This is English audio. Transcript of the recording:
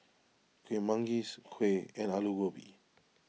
Kueh Manggis Kuih and Aloo Gobi